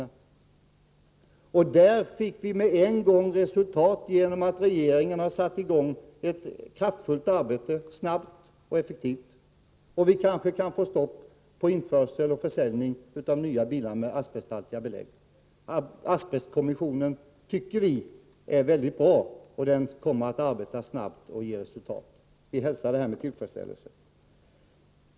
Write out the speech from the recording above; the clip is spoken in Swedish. Där fick vi resultat med en gång genom att regeringen — snabbt och effektivt — satte i gång ett kraftfullt arbete. Vi kanske kan få stopp på införsel och försäljning av nya bilar med asbesthaltiga belägg. Vi tycker emellertid att asbestkommissionen är väldigt bra. Den kommer att arbeta snabbt och ge resultat. Vi hälsar detta med tillfredsställelse.